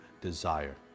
desire